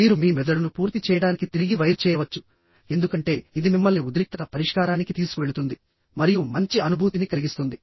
మీరు మీ మెదడును పూర్తి చేయడానికి తిరిగి వైర్ చేయవచ్చు ఎందుకంటే ఇది మిమ్మల్ని ఉద్రిక్తత పరిష్కారానికి తీసుకువెళుతుంది మరియు మంచి అనుభూతిని కలిగిస్తుంది